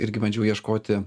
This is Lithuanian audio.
irgi bandžiau ieškoti